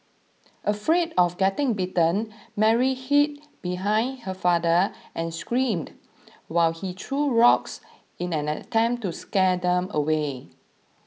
afraid of getting bitten Mary hid behind her father and screamed while he threw rocks in an attempt to scare them away